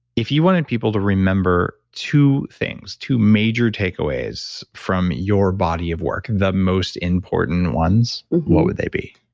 if you wanted people to remember two things two major takeaways from your body of work, the most important ones, what would they be?